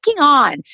on